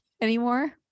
anymore